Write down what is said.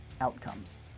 outcomes